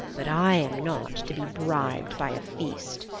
but i am not to be bribed by a feast.